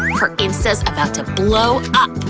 her insta's about to blow up!